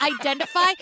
identify